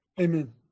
Amen